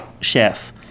chef